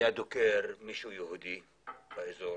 היה דוקר מישהו יהודי באזור,